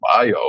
bio